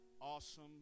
awesome